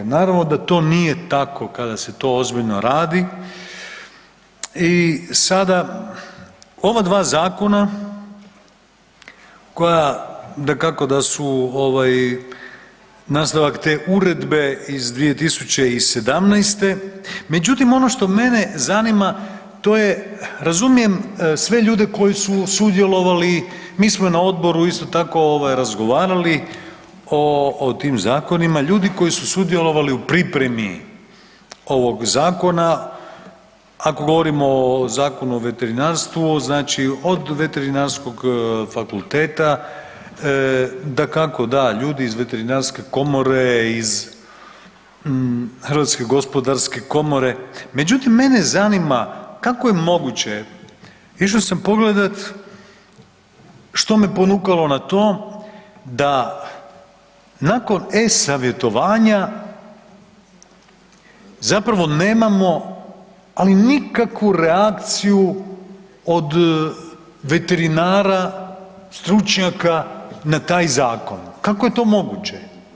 Naravno da to nije tako kada se to ozbiljno radi i sada ova dva zakona koja dakako da su nastavak te uredbe iz 2017. međutim ono što mene zanima, to je razumijem sve ljude koji su sudjelovali, mi smo na odboru isto tako razgovarali o tim zakonima, ljudima koji su sudjelovali u pripremi ovog zakona, ako govorimo o Zakonu o veterinarstvu, znači od Veterinarskog fakulteta, dakako, da, ljudi iz Veterinarske komore i iz HGK-a međutim mene zanima kako je moguće, išao sam pogledat što me ponukalo na to da nakon e-savjetovanja zapravo nemamo ali nikakvu reakciju od veterinara, stručnjaka na taj zakon, kako je to moguće?